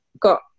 got